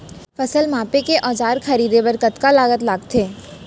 फसल मापके के औज़ार खरीदे बर कतका लागत लगथे?